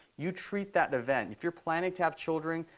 you treat that event if you're planning to have children,